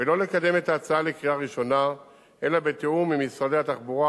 ולא לקדם את ההצעה לקריאה ראשונה אלא בתיאום עם משרד התחבורה,